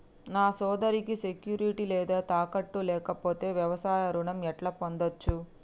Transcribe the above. నా సోదరికి సెక్యూరిటీ లేదా తాకట్టు లేకపోతే వ్యవసాయ రుణం ఎట్లా పొందచ్చు?